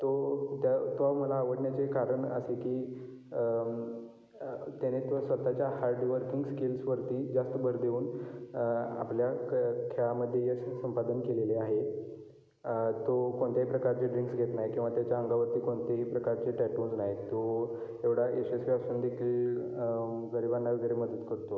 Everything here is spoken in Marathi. तो त्या तो मला आवडण्याचे कारण असे की त्याने स्व स्वतःच्या हार्ड वर्किंग स्किल्सवरती जास्त भर देऊन आपल्या खेळामध्ये यश संपादन केलेले आहे तो कोणत्याही प्रकारचे ड्रिंक्स घेत नाही किंवा त्याच्या अंगावरती कोणतेही प्रकारचे टॅटूज नाहीत तो एवढा यशस्वी असून देखील गरिबांना वगैरे मदत करतो